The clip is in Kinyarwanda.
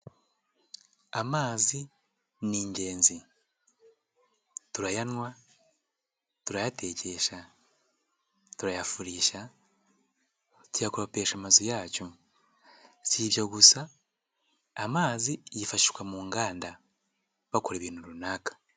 Amazi ni ingenzi turayanywa, turayatekesha, turayafurisha, tuyakoropesha amazu yacu, si ibyo gusa amazi yifashishwa mu nganda bakora ibintu runaka.